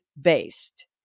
based